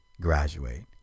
graduate